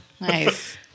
Nice